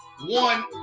one